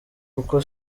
kuko